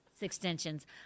extensions